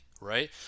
right